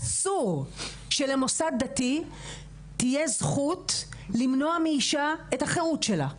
אסור שלמוסד דתי תהיה זכות למנוע מאישה את החירות שלה.